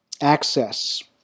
Access